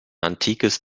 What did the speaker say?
antikes